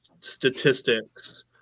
statistics